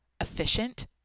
efficient